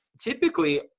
typically